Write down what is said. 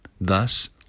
thus